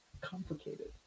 complicated